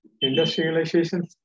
Industrialization